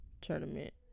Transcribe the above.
tournament